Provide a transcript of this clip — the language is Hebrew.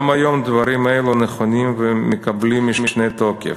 גם היום דברים אלו נכונים ומקבלים משנה תוקף.